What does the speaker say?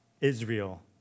Israel